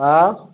हा